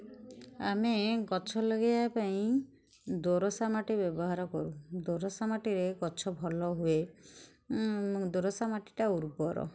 ଆମେ ଗଛ ଲଗେଇବା ପାଇଁ ଦୋରସା ମାଟି ବ୍ୟବହାର କରୁ ଦୋରସା ମାଟିରେ ଗଛ ଭଲ ହୁଏ ଦୋରସା ମାଟିଟା ଉର୍ବର